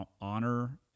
honor